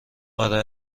اره